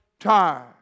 tired